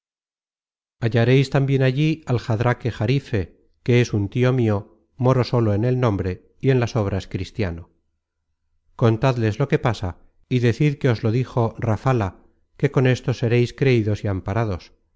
hallareis tambien allí al jadraque jarife que es un tio mio moro sólo en el nombre y en las obras cristiano contadles lo que pasa y decid que os lo dijo rafala que con esto sereis creidos y amparados